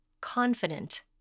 confident